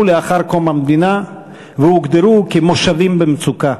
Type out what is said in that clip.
לאחר קום המדינה והוגדרו כמושבים במצוקה.